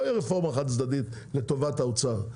לא תהיה רפורמה חד צדדית לטובת האוצר.